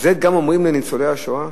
את זה גם אומרים לניצולי השואה,